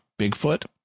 Bigfoot